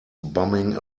bumming